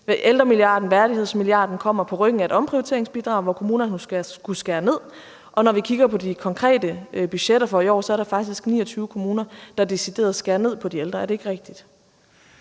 ældremilliarden, værdighedsmilliarden kommer på ryggen af et omprioriteringsbidrag, hvor kommunerne har skullet skære ned, og at når vi kigger på de konkrete budgetter for i år, er der faktisk 29 kommuner, der decideret skærer ned på ældreområdet? Er det ikke rigtigt?